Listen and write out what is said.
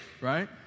right